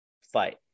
fight